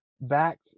back